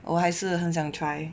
我还是很想 try